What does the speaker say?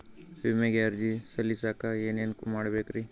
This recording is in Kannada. ವಿಮೆಗೆ ಅರ್ಜಿ ಸಲ್ಲಿಸಕ ಏನೇನ್ ಮಾಡ್ಬೇಕ್ರಿ?